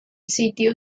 sitio